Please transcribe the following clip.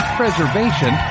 preservation